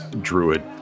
druid